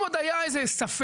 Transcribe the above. אם עוד היה עוד ספק.